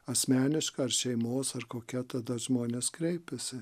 asmeniška ar šeimos ar kokia tada žmonės kreipiasi